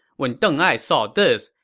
when deng ai saw this,